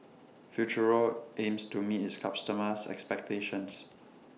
Futuro aims to meet its customers' expectations